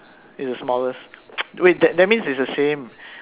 is the smallest wait that that means is the same